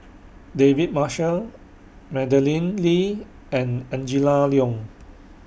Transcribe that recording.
David Marshall Madeleine Lee and Angela Liong